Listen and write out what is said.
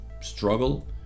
struggle